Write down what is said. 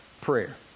prayer